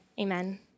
Amen